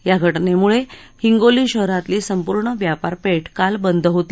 या घटनेमुळे हिंगोली शहरातली संपूर्ण व्यापारपेठ काल बंद होती